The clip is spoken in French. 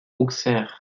auxerre